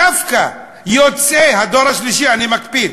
דווקא יוצאי הדור השלישי, אני מקפיד: